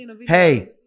Hey